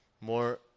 more